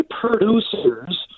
producers